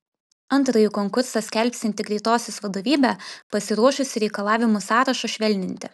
antrąjį konkursą skelbsianti greitosios vadovybė pasiruošusi reikalavimų sąrašą švelninti